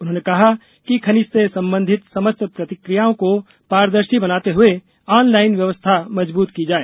उन्होंने कहा कि खनिज से संबंधित समस्त प्रक्रियाओं को पारदर्शी बनाते हुए ऑनलाइन व्यवस्था मजबूत की जाए